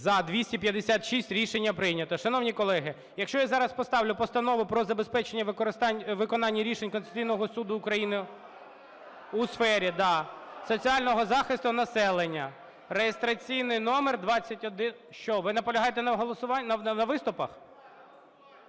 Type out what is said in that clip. За-256 Рішення прийнято. Шановні колеги, якщо я зараз поставлю Постанову про забезпечення виконання рішень Конституційного Суду України у сфері соціального захисту населення, реєстраційний номер… Що, ви наполягаєте на голосуванні?